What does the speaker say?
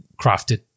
crafted